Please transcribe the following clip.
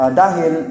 dahil